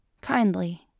kindly